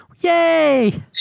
Yay